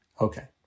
Okay